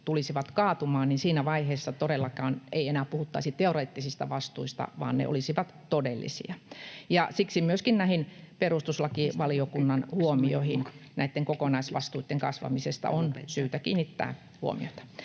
tulisivat kaatumaan, todellakaan ei enää puhuttaisi teoreettisista vastuista vaan ne olisivat todellisia. Siksi myöskin näihin perustuslakivaliokunnan huomioihin näitten kokonaisvastuitten kasvamisesta on syytä kiinnittää huomiota.